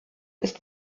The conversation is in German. ist